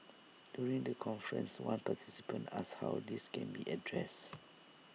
during the conference one participant asked how this can be addressed